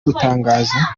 butangaza